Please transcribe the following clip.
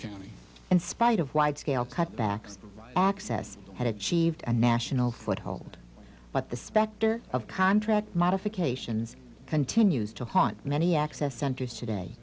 county in spite of wide scale cutbacks access had achieved a national foothold but the specter of contract modifications continues to haunt many access centers today